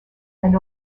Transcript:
and